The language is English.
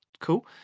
cool